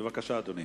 בבקשה, אדוני.